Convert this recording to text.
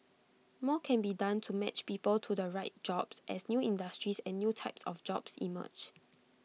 more can be done to match people to the right jobs as new industries and new types of jobs emerge